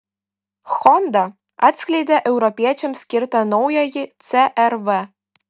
honda atskleidė europiečiams skirtą naująjį cr v